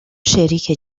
شریک